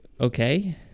okay